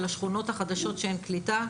על השכונות החדשות שאין קליטה.